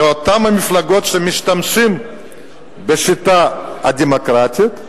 מאותן המפלגות שמשתמשות בשיטה הדמוקרטית,